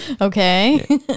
Okay